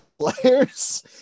players